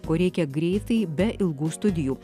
ko reikia greitai be ilgų studijų